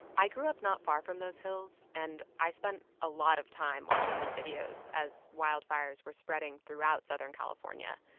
i grew up not far from those hills, and i spent a lot of time watching these videos as wildfires were spreading throughout southern california.